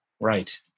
Right